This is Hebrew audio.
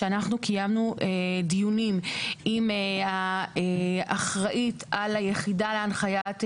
שקיימנו דיונים עם האחראית על היחידה להנחיית התובעים,